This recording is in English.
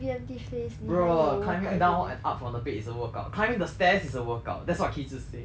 bro climbing down and up from the bed is a workout climbing the stairs is a workout that's what ki zhi say